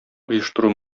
оештыру